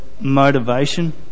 motivation